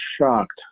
shocked